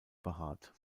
behaart